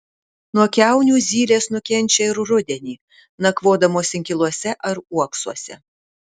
nuo kiaunių zylės nukenčia ir rudenį nakvodamos inkiluose ar uoksuose